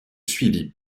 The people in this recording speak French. suivi